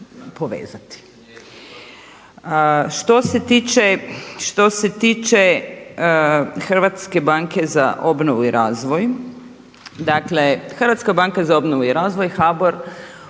povezati. Što ste tiče Hrvatske banke za obnovu i razvoj, dakle, Hrvatska banka za obnovu i razvoj HBOR